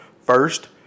first